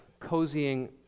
cozying